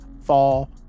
Fall